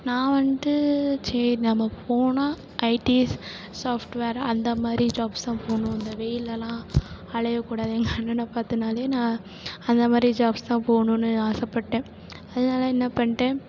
நான் வந்துட்டு சரி நம்ம போனால் ஐடி சாஃப்ட்வேர் அந்த மாதிரி ஜாப்ஸாக போகணும் இந்த வெயில்லலாம் அலையக்கூடாது எங்கள் அண்ணனை பார்த்தனாலே நான் அந்த மாதிரி ஜாப்ஸ் தான் போகணுன்னு ஆசைப்பட்டேன் அதனால என்ன பண்ணிட்டேன்